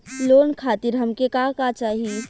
Loan खातीर हमके का का चाही?